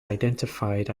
identified